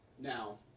now